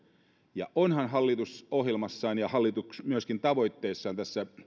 ja onhan hallitus ohjelmassaan ja tavoitteessaan